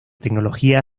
tecnología